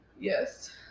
Yes